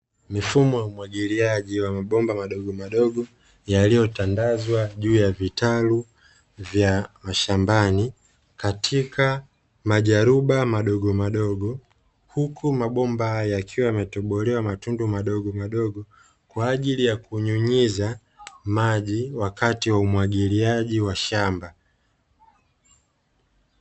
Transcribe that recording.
Mifumo ya umwagiliaji wa mabomba madogomadogo, yaliyotandazwa juu ya vitalu vya mashambani katika majaruba madogomadogo. Huku mabomba haya yakiwa yametobolewa matundu madogomadogo kwa ajili ya kunyunyiza maji wakati wa umwagiliaji wa shamba.